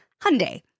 Hyundai